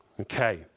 Okay